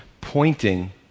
pointing